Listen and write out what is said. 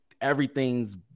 everything's